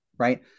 right